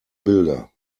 bilder